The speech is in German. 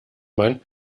man